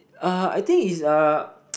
uh I think is uh